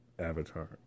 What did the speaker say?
avatar